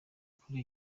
kuri